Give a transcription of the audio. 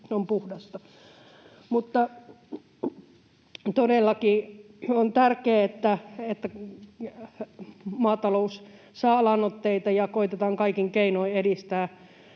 on tärkeää, että maatalous saa lannoitteita ja koetetaan kaikin keinoin edistää